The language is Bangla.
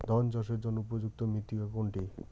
ধান চাষের জন্য উপযুক্ত মৃত্তিকা কোনটি?